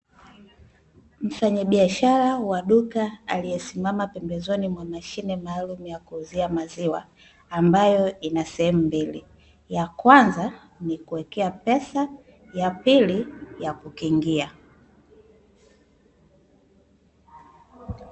Mfanyabiashara wa duka aliyesimama pembezoni mwa mashine maalumu la kuuzia maziwa, ambayo ina sehemu mbili, ya kwanza ni kuwekea pesa, ya pili ya kukingia.